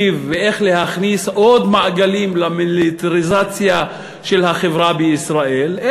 ואיך להכניס עוד מעגלים למיליטריזציה של החברה בישראל,